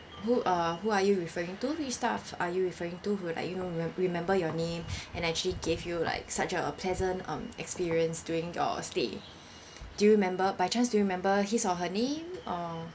who uh who are you referring to which staff are you referring to who like you know rem~ remember your name and actually gave you like such a pleasant um experience during your stay do you remember by chance do you remember his or her name or